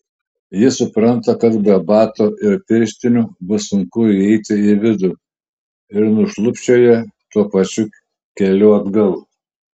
ji supranta kad be bato ir pirštinių bus sunku įeiti į vidų ir nušlubčioja tuo pačiu keliu atgal